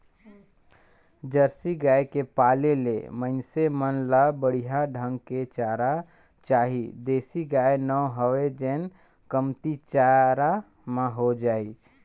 Jersey गाय के पाले ले मइनसे मन ल बड़िहा ढंग के चारा चाही देसी गाय नो हय जेन कमती चारा म हो जाय